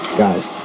guys